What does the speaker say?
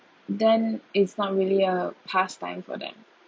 then it's not really a pastime for them